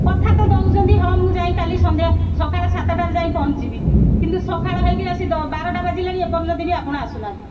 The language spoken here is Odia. କଥା ତ ଦଉଛନ୍ତି ହଁ ମୁଁ ଯାଇ କାଲି ସନ୍ଧ୍ୟା ସକାଳ ସାତଟାରେ ଯାଇ ପହଞ୍ଚିବି କିନ୍ତୁ ସକାଳ ହେଇକି ଆସି ବାରଟା ବାଜିଲାଣି ଏପର୍ଯ୍ୟନ୍ତ ବି ଆପଣ ଆସୁନାହାନ୍ତି